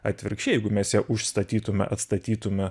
atvirkščiai jeigu mes ją užstatytume atstatytume